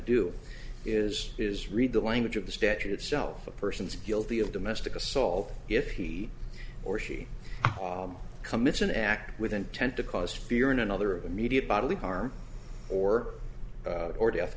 do is is read the language of the statute itself a person's guilty of domestic assault if he or she commits an act with intent to cause fear in another immediate bodily harm or or death